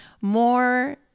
more